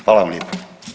Hvala vam lijepa.